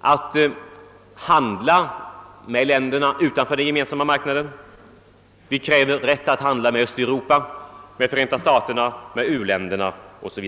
för oss att handla med länderna utanför Gemensamma marknaden: med Östeuropa, Förenta staterna, u-länderna 0. s. V.